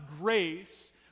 grace